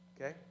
Okay